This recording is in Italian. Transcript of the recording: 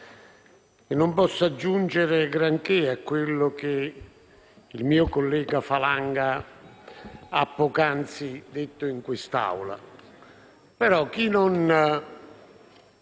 non posso aggiungere granché a quanto il mio collega Falanga ha poc'anzi detto in quest'Aula.